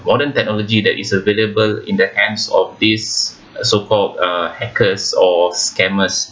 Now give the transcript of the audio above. modern technology that is available in the hands of this so called uh hackers or scammers